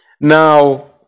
Now